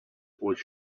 was